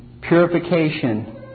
purification